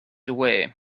away